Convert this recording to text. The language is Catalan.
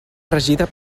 regida